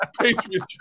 Patriot